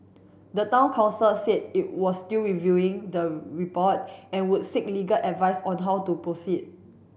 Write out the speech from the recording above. the Town Council said it was still reviewing the report and would seek legal advice on how to proceed